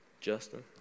Justin